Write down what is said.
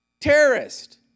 terrorist